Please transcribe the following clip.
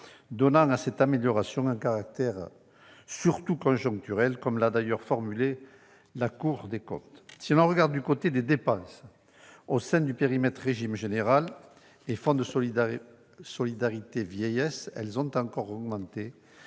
donnant à cette amélioration un caractère surtout conjoncturel, comme l'a d'ailleurs indiqué la Cour des comptes. Si l'on regarde du côté des dépenses, au sein du périmètre du régime général et du Fonds de solidarité vieillesse, elles ont encore augmenté